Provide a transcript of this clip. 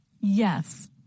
Yes